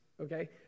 okay